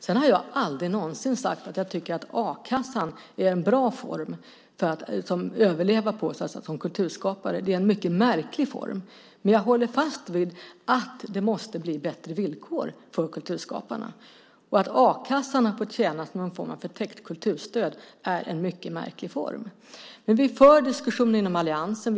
Jag har aldrig någonsin sagt att jag tycker att a-kassan är en bra form för kulturskapare att överleva. Det är en mycket märklig form. Jag håller fast vid att det måste bli bättre villkor för kulturskaparna. Att a-kassan har fått tjäna som något slags förtäckt kulturstöd är mycket märkligt. Vi för diskussionen inom alliansen.